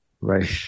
Right